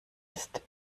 ist